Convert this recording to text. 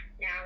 now